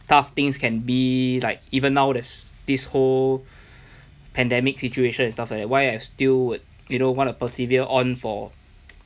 tough things can be like even now there's this whole pandemic situation and stuff like that why I still would you know want to persevere on for